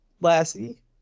Lassie